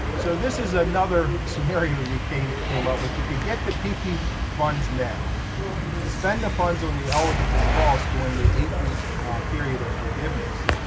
so this is another scenario we came came up with. you could get the ppp funds now spend the funds on the eligible costs during the eight week period of forgiveness